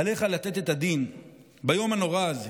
עליך לתת את הדין ביום הנורא הזה.